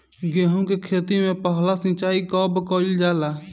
गेहू के खेती मे पहला सिंचाई कब कईल जाला?